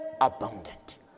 abundant